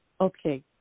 Okay